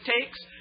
takes